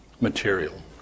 material